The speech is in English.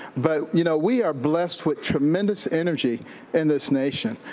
but, you know, we are blessed with tremendous energy in this nation,